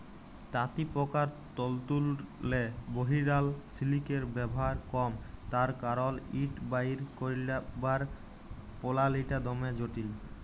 তাঁতিপকার তল্তুরলে বহিরাল সিলিকের ব্যাভার কম তার কারল ইট বাইর ক্যইরবার পলালিটা দমে জটিল